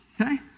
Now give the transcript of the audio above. Okay